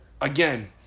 Again